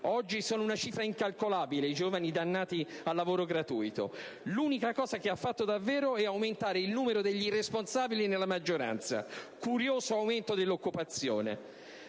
oggi sono una cifra incalcolabile i giovani dannati al lavoro gratuito). L'unica cosa che ha fatto davvero è aumentare il numero degli irresponsabili nella maggioranza: curioso aumento dell'occupazione!